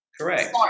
Correct